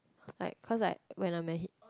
like cause like when I'm at h~